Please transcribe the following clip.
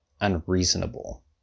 unreasonable